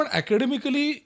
academically